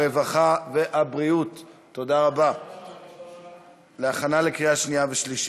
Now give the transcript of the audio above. הרווחה והבריאות להכנה לקריאה שנייה ושלישית.